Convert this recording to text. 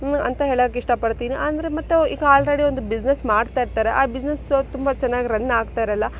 ಅಂತ ಹೇಳಕ್ಕೆ ಇಷ್ಟಪಡ್ತೀನಿ ಅಂದರೆ ಮತ್ತು ಈಗ ಆಲ್ರೆಡಿ ಒಂದು ಬಿಸಿನೆಸ್ ಮಾಡ್ತಾ ಇರ್ತಾರೆ ಆ ಬಿಸಿನೆಸ್ ಸೊ ತುಂಬ ಚೆನ್ನಾಗಿ ರನ್ ಆಗ್ತಾ ಇರಲ್ಲ